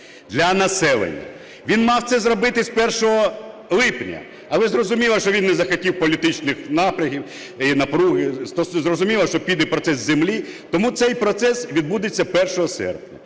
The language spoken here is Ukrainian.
для населення. Він мав це зробити з 1 липня, але зрозуміло, що він не захотів політичної напруги, зрозуміло, що піде процес землі, тому цей процес відбудеться 1 серпня.